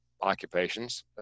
occupations